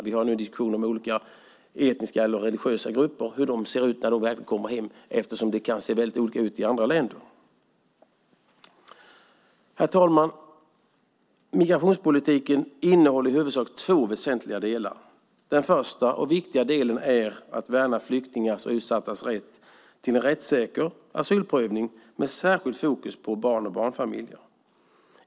Vi har nu en diskussion om olika etniska religiösa grupper, och detta handlar om att följa upp hur det ser ut när de kommer till sina hemländer igen. Herr talman! Migrationspolitiken innehåller i huvudsak två väsentliga delar. Den första och viktigaste delen är att värna flyktingars och utsattas rätt till en rättssäker asylprövning med särskilt fokus på barn och barnfamiljer.